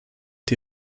die